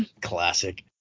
classic